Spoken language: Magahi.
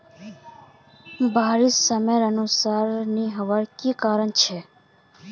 बारिश समयानुसार नी होबार की कारण छे?